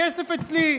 הכסף אצלי.